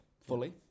fully